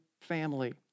family